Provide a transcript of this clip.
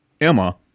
Emma